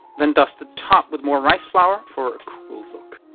then dust the top with more rice flour for a cool look.